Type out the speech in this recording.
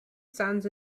sounds